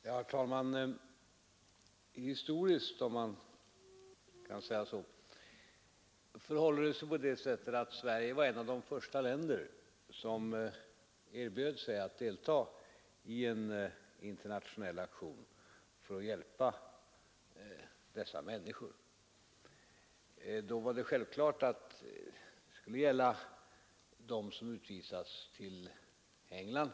Herr talman! Historiskt, om man kan säga så, förhåller det sig på det sättet att Sverige var ett av de första länder som erbjöd sig att delta i en internationell aktion för att hjälpa dessa människor. Då var det självklart att det skulle gälla dem som utvisats till England.